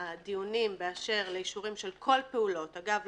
הדיונים באשר לאישורים של כל פעולות אגב,